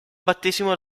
battesimo